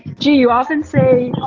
g, you often say,